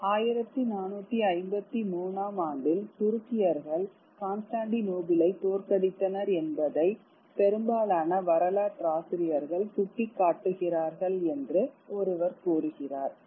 1453 ஆம் ஆண்டில் துருக்கியர்கள் கான்ஸ்டான்டினோப்பிள்ளை தோற்கடித்தனர் என்பதை பெரும்பாலான வரலாற்றாசிரியர்கள் சுட்டிக்காட்டுகிறார்கள் என்று ஒருவர் கூறுகிறார்